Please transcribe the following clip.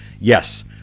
yes